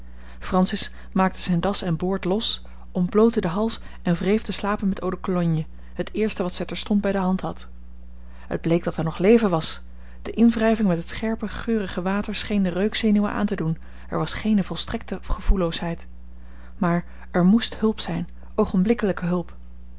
francis maakte zijn das en boord los ontblootte den hals en wreef de slapen met eau de cologne het eerste wat zij terstond bij de hand had het bleek dat er nog leven was de inwrijving met het scherpe geurige water scheen de reukzenuwen aan te doen er was geene volstrekte gevoelloosheid maar er moest hulp zijn oogenblikkelijke hulp